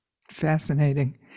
Fascinating